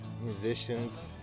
musicians